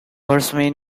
horsemen